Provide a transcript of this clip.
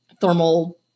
thermal